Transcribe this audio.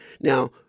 Now